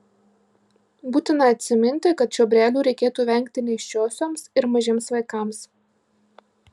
būtina atsiminti kad čiobrelių reikėtų vengti nėščiosioms ir mažiems vaikams